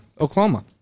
Oklahoma